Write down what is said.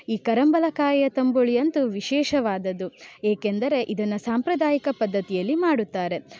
ಈ ಕರಂಬಲಕಾಯಿಯ ತಂಬುಳಿಯಂತೂ ವಿಶೇಷವಾದದ್ದು ಏಕೆಂದರೆ ಇದನ್ನು ಸಾಂಪ್ರದಾಯಿಕ ಪದ್ದತಿಯಲ್ಲಿ ಮಾಡುತ್ತಾರೆ